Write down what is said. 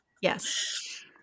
yes